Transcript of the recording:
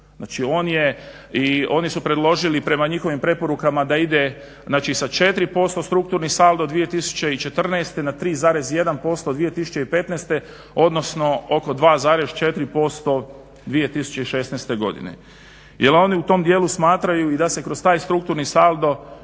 je i oni su preložili prema njihovim preporukama da ide sa 4% strukturni saldo 2014.na 3,1% 2015.odnosno oko 2,4% 2016.godine jel oni u tom dijelu smatraju i da se kroz taj strukturni saldo